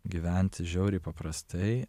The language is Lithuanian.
gyventi žiauriai paprastai